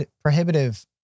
prohibitive